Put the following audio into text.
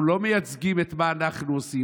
אנחנו לא מייצגים את מה שאנחנו עושים,